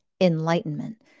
enlightenment